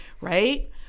right